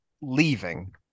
leaving